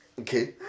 okay